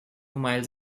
miles